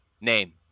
Name